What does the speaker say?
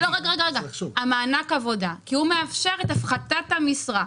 מענק עבודה, הוא מאפשר את הפחתת המשרה.